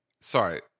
Sorry